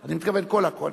אני מתכוון כל הקואליציה.